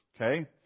okay